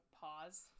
pause